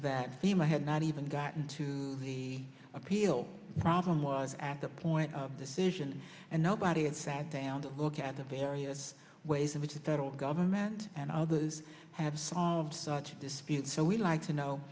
that seem i had not even gotten to the appeal problem was at the point of decision and nobody had said down to look at the various ways in which the federal government and others have solved such disputes so we'd like to know